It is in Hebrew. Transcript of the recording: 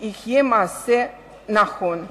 יהיה מעשה נכון.